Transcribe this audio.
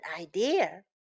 idea